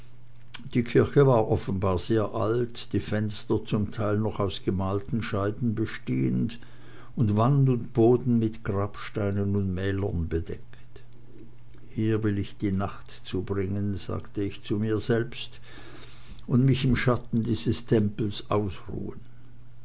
die kirche war offenbar sehr alt die fenster zum teil noch aus gemalten scheiben bestehend und wand und boden mit grabsteinen und mälern bedeckt hier will ich die nacht zubringen sagte ich zu mir selbst und mich im schatten dieses tempels ausruhen